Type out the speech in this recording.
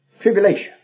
tribulation